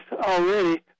already—